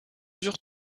eurent